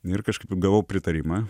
ir kažkaip gavau pritarimą